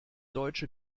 deutsche